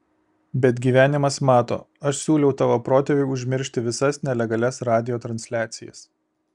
bet gyvenimas mato aš siūliau tavo protėviui užmiršti visas nelegalias radijo transliacijas